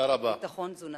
ביטחון תזונתי.